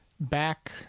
Back